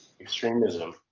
extremism